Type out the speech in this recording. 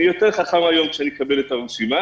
אהיה יותר חכם היום כאשר אקבל את הרשימה.